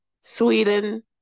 Sweden